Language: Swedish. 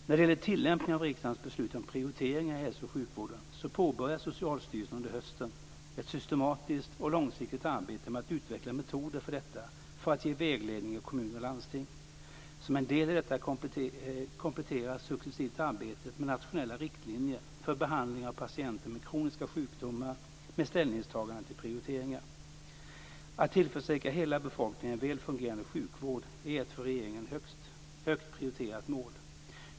När det gäller tillämpningen av riksdagens beslut om prioriteringar i hälso och sjukvården påbörjar Socialstyrelsen under hösten ett systematiskt och långsiktigt arbete med att utveckla metoder för detta för att ge vägledning i kommuner och landsting. Som en del i detta kompletteras successivt arbetet med nationella riktlinjer för behandling av patienter med kroniska sjukdomar med ställningstaganden till prioriteringar. Att tillförsäkra hela befolkningen en väl fungerande sjukvård är ett för regeringen högt prioriterat mål.